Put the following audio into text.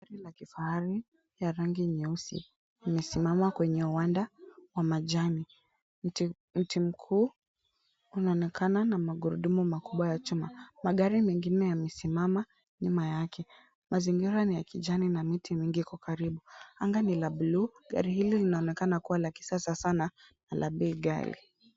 Gari la kifahari ya rangi nyeusi imesimama kwenye uwanda wa majani. Mti mkuu unaonekana na magurudumu makubwa ya chuma. Magari mengine yamesimama nyuma yake. Mazingira ni ya kijani na miti mingi iko karibu. Anga ni la bluu, gari hilo linaonekana kuwa la kisasa sana na la bei ghali.